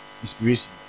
inspiration